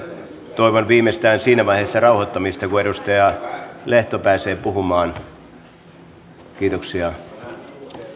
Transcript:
toivon rauhoittumista viimeistään siinä vaiheessa kun edustaja lehto pääsee puhumaan kiitoksia